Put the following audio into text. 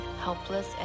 helpless